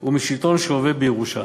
הוא משלטון שעובר בירושה